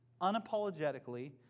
unapologetically